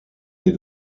des